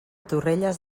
torrelles